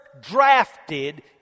drafted